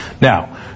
Now